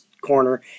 corner